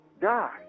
die